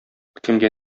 кемгә